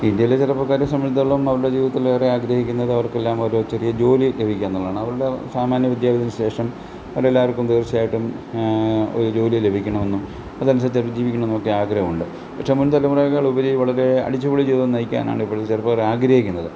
ഇന്ത്യയിലെ ചെറുപ്പക്കാരെ സംബന്ധിച്ചോളം അവരുടെ ജീവിതത്തിലേറെ ആഗ്രഹിക്കുന്നത് അവർക്കെല്ലാം ഒരു ചെറിയ ജോലി ലഭിക്കുകയെന്നുള്ളതാണ് അവരുടെ സാമാന്യ വിദ്യാഭ്യാസത്തിന് ശേഷം അവരെല്ലാവർക്കും തീർച്ചയായിട്ടും ഒരു ജോലി ലഭിക്കണമെന്നും അതനുസരിച്ച് അവർക്ക് ജീവിക്കണമെന്നൊക്കെ ആഗ്രഹമുണ്ട് പക്ഷേ മുൻതലമുറയെക്കാളുപരി വളരെ അടിച്ചുപൊളി ജീവിതം നയിക്കാനാണ് ഇപ്പോഴത്തെ ചെറുപ്പക്കാർ ആഗ്രഹിക്കുന്നത്